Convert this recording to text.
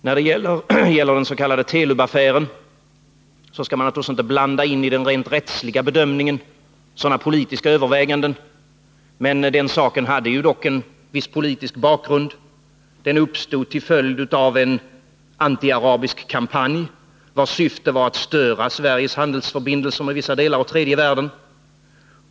När det gäller den s.k. Telub-affären skall man naturligtvis inte i den rent rättsliga bedömningen blanda in sådana politiska överväganden, men den saken hade en viss politisk bakgrund. Den uppstod till följd av en anti-arabisk kampanj, vars syfte var att störa Sveriges handelsförbindelser med vissa delar av tredje världen.